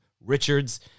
Richards